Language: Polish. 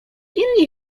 inni